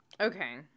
Okay